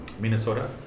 Minnesota